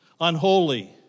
unholy